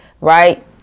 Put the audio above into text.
right